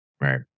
Right